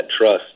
trust